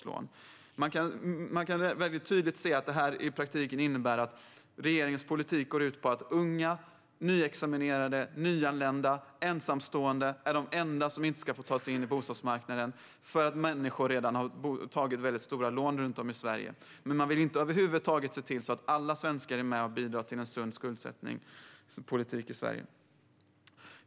Man kan mycket tydligt se att detta i praktiken innebär att regeringens politik går ut på att unga, nyutexaminerade, nyanlända och ensamstående är de enda som inte ska få ta sig in på bostadsmarknaden på grund av att människor runt om i Sverige redan har tagit mycket stora lån. Man vill över huvud taget inte se till att alla svenskar är med och bidrar till en sund skuldsättningspolitik i Sverige.